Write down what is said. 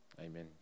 amen